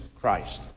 Christ